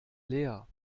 leer